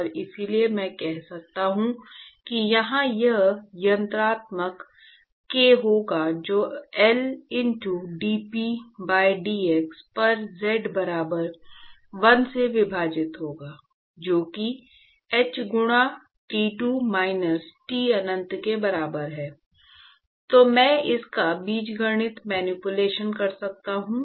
और इसलिए मैं कह सकता हूं कि यहां यह ऋणात्मक k होगा जो L into dp by dz पर z बराबर 1 से विभाजित होगा जो कि h गुणा T2 माइनस T अनंत के बराबर है तो मैं इसका बीजगणितीय मैनीपुलेशन कर सकता हूं